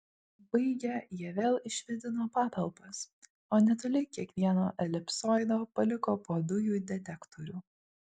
baigę jie vėl išvėdino patalpas o netoli kiekvieno elipsoido paliko po dujų detektorių